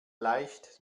leicht